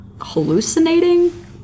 hallucinating